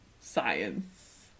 science